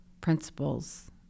principles